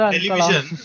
television